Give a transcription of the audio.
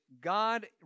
God